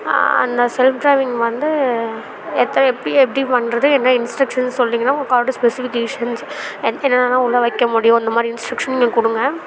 அந்த self driving வந்து எதை எப்படி எப்படி பண்ணுறது என்ன இன்ஸ்ட்ரக்ஷன்னு சொல்லிடிங்கன்னா உங்கள் காரோட ஸ்பெஸிஃபிகேஷன்ஸ் என் என்னென்னலாம் உள்ள வைக்க முடியும் அந்த மாதிரி இன்ஸ்ட்ரக்ஷனும் நீங்கள் கொடுங்க